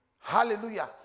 hallelujah